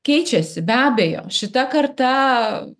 keičiasi be abejo šita karta